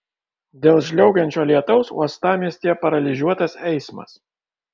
dėl žliaugiančio lietaus uostamiestyje paralyžiuotas eismas